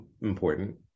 important